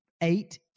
eight